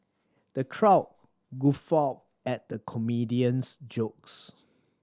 the crowd guffawed at the comedian's jokes